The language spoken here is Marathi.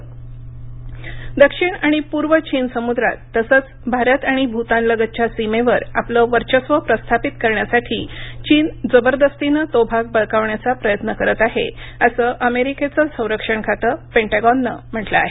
अमेरिका दक्षिण आणि पूर्व चीन समुद्रात तसंच भारत आणि भूतानलगतच्या सीमेवर आपलं वर्चस्व प्रस्थापित करण्यासाठी चीन जबरदस्तीनं तो भाग बळकावण्याचा प्रयत्न करत आहे असं अमेरिकेचं संरक्षण खातं पेंटॅगॉननं म्हटलं आहे